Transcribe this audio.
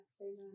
amen